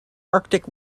arctic